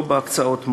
לא בהקצאות מים,